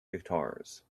guitars